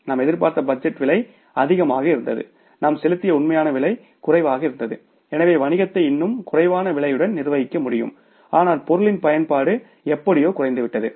நாம் எதிர்பார்த்த பட்ஜெட் விலை அதிகமாக இருந்தது நாம் செலுத்திய உண்மையான விலை குறைவாக இருந்தது எனவே வணிகத்தை இன்னும் குறைவான விலையுடன் நிர்வகிக்க முடியும் ஆனால் பொருளின் பயன்பாடு எப்படியோ குறைந்துவிட்டது